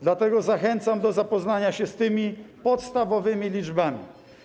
Dlatego zachęcam do zapoznania się z tymi podstawowymi liczbami.